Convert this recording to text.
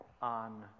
On